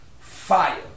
Fire